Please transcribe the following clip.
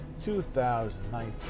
2019